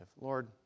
Lord